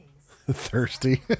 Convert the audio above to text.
Thirsty